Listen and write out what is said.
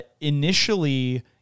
initially